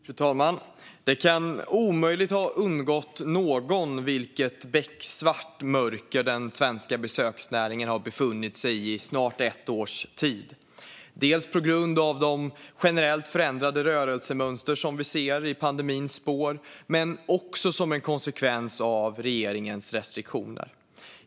Fru talman! Det kan omöjligt ha undgått någon vilket becksvart mörker den svenska besöksnäringen har befunnit sig i under snart ett års tid. Det är dels på grund av de generellt förändrade rörelsemönster vi ser i pandemins spår, dels en konsekvens av regeringens restriktioner.